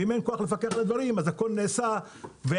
ואם אין כוח לפקח על הדברים הכל נעשה ואין